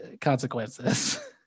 consequences